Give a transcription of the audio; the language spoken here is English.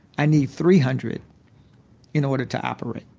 i need three hundred in order to operate.